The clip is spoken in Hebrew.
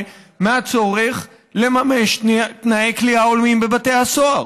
מהצורך לממש תנאי כליאה הולמים בבתי הסוהר.